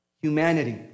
humanity